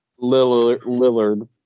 Lillard